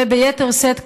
וביתר שאת,